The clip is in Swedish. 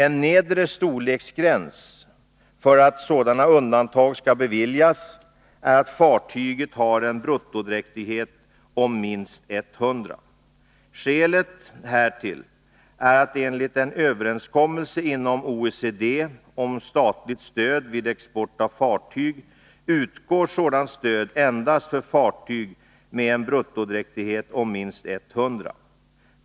En nedre storleksgräns för att sådana undantag skall beviljas är att fartyget har en bruttodräktighet om minst 100 registerton. Skälet härtill är att det enligt en överenskommelse inom OECD om statligt stöd vid export av fartyg utgår stöd endast för fartyg med en bruttodräktighet om minst 100 registerton.